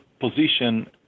position